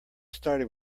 started